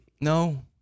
No